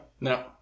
No